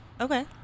Okay